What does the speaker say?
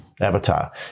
avatar